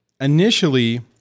initially